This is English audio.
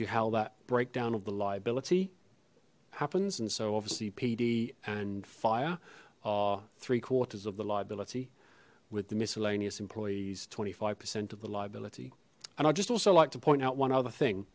you how that breakdown of the liability happens and so obviously pd and fire are three quarters of the liability with the miscellaneous employees twenty five percent of the liability and i just also like to point out one other thing